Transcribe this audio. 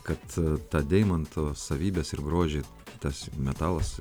kad tą deimanto savybes ir grožį tas metalas